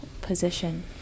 position